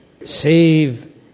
Save